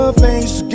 face